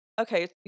okay